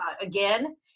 again